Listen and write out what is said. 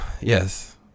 yes